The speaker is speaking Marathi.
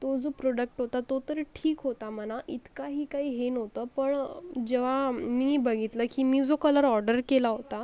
तो जो प्रोडक्ट होता तो तर ठीक होता म्हणा इतकाही काही हे नव्हतं पण जेव्हा मी बघितलं की मी जो कलर ऑर्डर केला होता